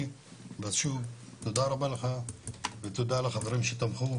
תודה רבה לך ותודה לחברים שתמכו.